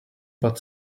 but